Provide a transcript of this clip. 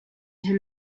him